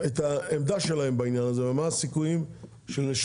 את העמדה שלהם בעניין הזה ומה הסיכויים לשנות.